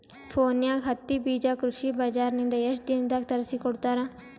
ಫೋನ್ಯಾಗ ಹತ್ತಿ ಬೀಜಾ ಕೃಷಿ ಬಜಾರ ನಿಂದ ಎಷ್ಟ ದಿನದಾಗ ತರಸಿಕೋಡತಾರ?